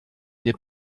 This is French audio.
n’est